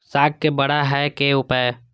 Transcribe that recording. साग के बड़ा है के उपाय?